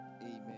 Amen